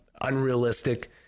unrealistic